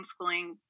homeschooling